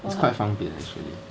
it's quite 方便 actually